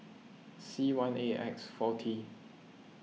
C one A X four T